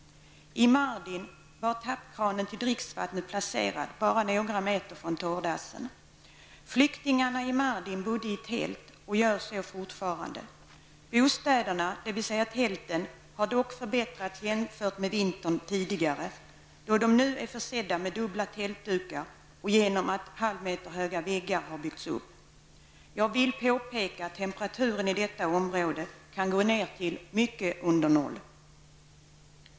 I Mardin var tappkranen till dricksvattnet placerad bara några meter från torrdassen. Flyktingarna i Mardin bodde i tält, och gör så fortfarande. Bostäderna, dvs. tälten, hade dock förbättrats jämfört med förhållandena under vintern tidigare, genom att de nu var försedda med dubbla tältdukar och genom att halvmeterhöga väggar hade byggts upp. Jag vill påpeka att temperaturen i detta område kan gå ner till mycket under noll.